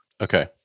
Okay